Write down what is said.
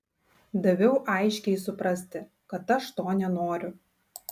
daviau aiškiai suprasti kad aš to nenoriu